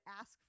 ask